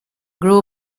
grew